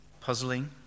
puzzling